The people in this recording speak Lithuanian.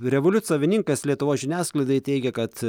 revoliut savininkas lietuvos žiniasklaidai teigia kad